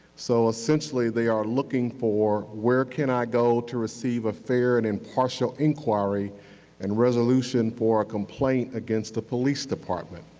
so essentially, they are looking for where can i go to receive a fair and impartial inquiry and resolution for a complaint against the police department.